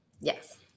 Yes